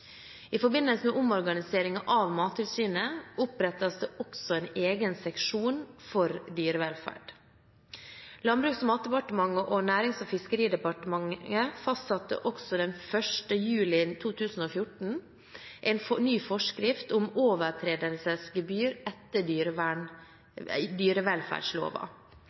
I forbindelse med omorganiseringen av Mattilsynet opprettes det også en egen seksjon for dyrevelferd. Landbruks- og matdepartementet og Nærings- og fiskeridepartementet fastsatte også den 1. juli 2014 en ny forskrift om overtredelsesgebyr etter